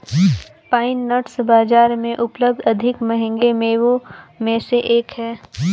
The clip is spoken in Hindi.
पाइन नट्स बाजार में उपलब्ध अधिक महंगे मेवों में से एक हैं